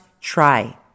try